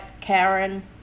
Karen